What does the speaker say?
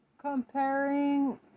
Comparing